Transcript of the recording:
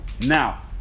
Now